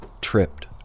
tripped